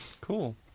Cool